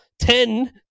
Ten